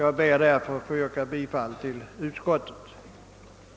Jag ber därför att få yrka bifall till utskottets hemställan.